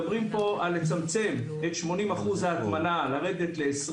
מדברים פה על לרדת מ-80% הטמנה ל-20%.